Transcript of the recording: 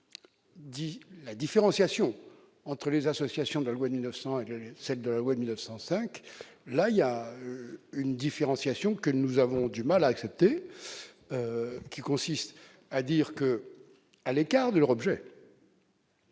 dit la différenciation entre les associations de la loi de 1900, celle de la loi de 1905, là il y a une différenciation que nous avons du mal à accepter, qui consiste à dire que, à l'écart de leur objet.